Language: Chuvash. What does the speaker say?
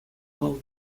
вӑл